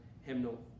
hymnal